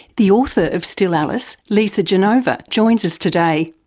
the author of still alice, lisa genova, joins us today.